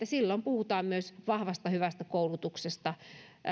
silloin puhutaan myös vahvasta hyvästä koulutuksesta